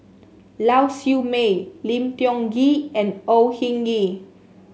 Lau Siew Mei Lim Tiong Ghee and Au Hing Yee